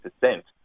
percent